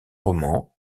roman